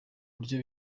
buryo